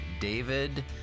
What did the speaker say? David